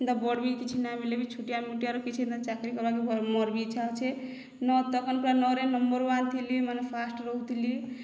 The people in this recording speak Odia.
ଏନ୍ତା ବଡ଼ ବି କିଛି ନାହିଁ ମିଳିଲେ ବି ଛୋଟିଆ ମୋଟିଆର କିଛି ଚାକିରି କର୍ବାକେ ମୋର ବି ଇଚ୍ଛା ଅଛେ ନ ତକର ତ ନରେ ପୁରା ନମ୍ବର ୱାନ୍ ଥିଲି ମାନେ ଫାଷ୍ଟ ରହୁଥିଲି